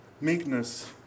Meekness